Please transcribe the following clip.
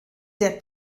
der